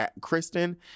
Kristen